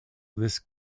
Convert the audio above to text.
this